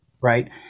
right